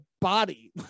body